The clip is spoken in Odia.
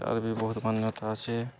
ତା'ର ବି ବହୁତ ମାନ୍ୟତା ଅଛେ